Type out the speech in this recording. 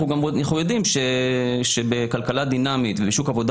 אנחנו יודעים שבכלכלה דינמית ובשוק עבודה